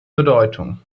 bedeutung